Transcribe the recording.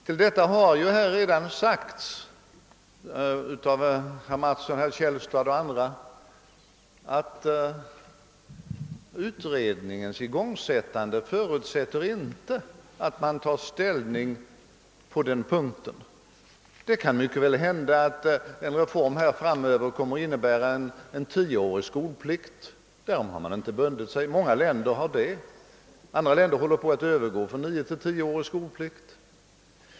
Till detta har ju redan sagts av herr Mattsson, herr Källstad och andra, att utredningens igångsättande inte förutsätter att man tar ställning på den punkten. Det kan mycket väl hända att en reform här kommer att innebära en tioårig skolplikt i framtiden; därom har man inte bundit sig. Många länder har det redan och andra länder håller på att övergå från nioårig till tioårig skolplikt.